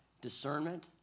discernment